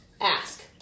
Ask